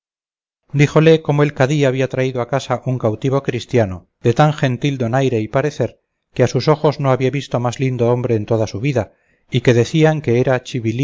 díjole cómo el cadí había traído a casa un cautivo cristiano de tan gentil donaire y parecer que a sus ojos no había visto más lindo hombre en toda su vida y que decían que era